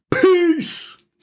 Peace